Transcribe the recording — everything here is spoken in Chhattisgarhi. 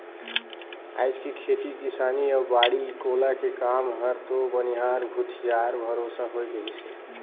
आयज के खेती किसानी अउ बाड़ी कोला के काम हर तो बनिहार भूथी यार भरोसा हो गईस है